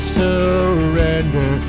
surrender